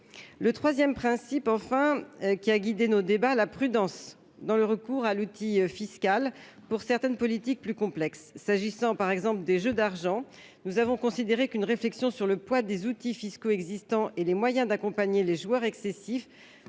Troisième principe qui a guidé nos débats : la prudence dans le recours à l'outil fiscal pour certaines politiques plus complexes. S'agissant par exemple des jeux d'argent, nous avons considéré qu'une réflexion sur le poids des outils fiscaux existants et sur les moyens d'accompagner les joueurs excessifs